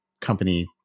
company